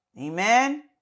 Amen